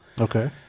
okay